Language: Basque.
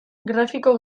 grafiko